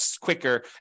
quicker